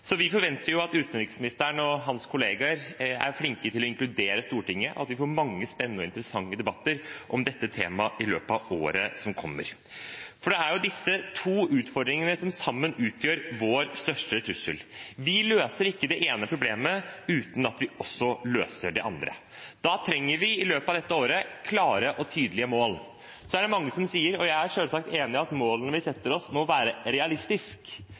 at utenriksministeren og hans kolleger er flinke til å inkludere Stortinget, og at vi får mange spennende og interessante debatter om dette temaet i løpet av året som kommer, for det er jo disse to utfordringene som sammen utgjør vår største trussel. Vi løser ikke det ene problemet uten at vi også løser det andre. Da trenger vi i løpet av dette året å ha klare og tydelige mål. Så er det mange som spør – og jeg er selvsagt enig i at målene vi setter oss, må